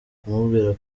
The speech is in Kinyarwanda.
kumubwira